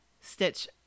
stitch